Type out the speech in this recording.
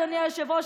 אדוני היושב-ראש,